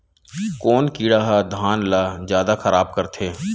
कोन कीड़ा ह धान ल जादा खराब करथे?